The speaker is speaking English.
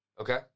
Okay